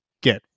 get